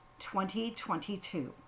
2022